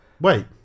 Wait